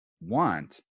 want